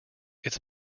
its